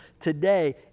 today